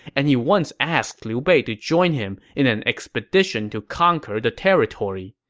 and he once asked liu bei to join him in an expedition to conquer the territory.